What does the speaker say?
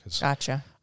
Gotcha